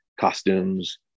Costumes